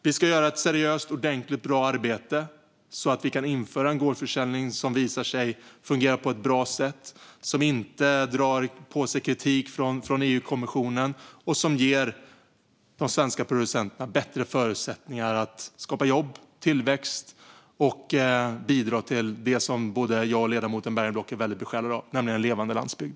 Vi ska göra ett seriöst, ordentligt och bra arbete så att vi kan införa en gårdsförsäljning som visar sig fungera på ett bra sätt, som inte drar på sig kritik från EU-kommissionen och som ger de svenska producenterna bättre förutsättningar att skapa jobb och tillväxt och bidra till det som både jag och ledamoten Bergenblock är besjälade av, nämligen en levande landsbygd.